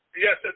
Yes